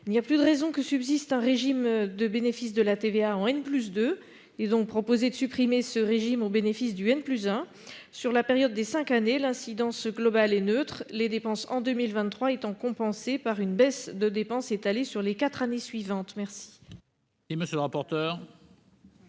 Il n'y a plus de raison que subsiste un régime en année . Il est donc proposé de supprimer ce régime au bénéfice du. Sur la période des cinq années, l'incidence globale est neutre, les dépenses en 2023 étant compensées par une baisse de dépenses étalées sur les quatre années suivantes. Quel